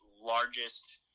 largest